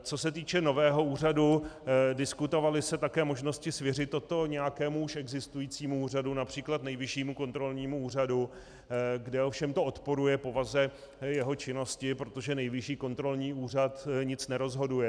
Co se týče nového úřadu, diskutovaly se také možnosti svěřit toto nějakému už existujícímu úřadu, například Nejvyššímu kontrolnímu úřadu, kde ovšem to odporuje povaze jeho činnosti, protože Nejvyšší kontrolní úřad nic nerozhoduje.